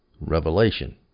Revelation